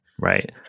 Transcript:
Right